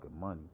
money